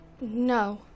No